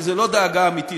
כי זו לא דאגה אמיתית,